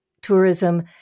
tourism